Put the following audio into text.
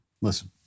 Listen